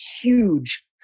huge